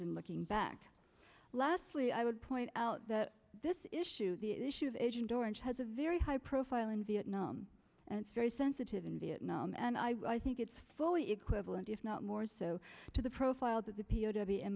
and looking back lastly i would point out that this issue the issue of agent orange has a very high profile in vietnam and it's very sensitive in vietnam and i think it's fully equivalent if not more so to the profile that the p